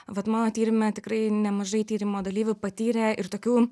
vat mano tyrime tikrai nemažai tyrimo dalyvių patyrė ir tokių